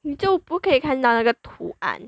你就不可以看到那个图案